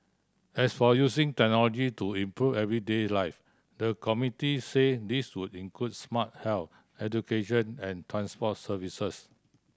as for using technology to improve everyday life the committee said this could include smart health education and transport services